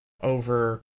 over